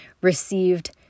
received